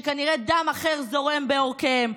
שכנראה דם אחר זורם בעורקיהם,